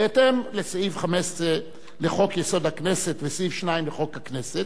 בהתאם לסעיף 15 לחוק-יסוד: הכנסת וסעיף 2 לחוק הכנסת,